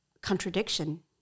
contradiction